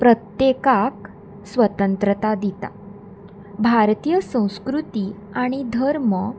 प्रत्येकाक स्वतंत्रता दिता भारतीय संस्कृती आनी धर्म